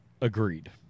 Agreed